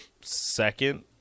second